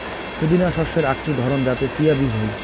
পুদিনা শস্যের আকটি ধরণ যাতে চিয়া বীজ হই